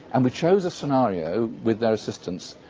and we chose a scenario with their assistance,